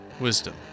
wisdom